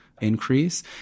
increase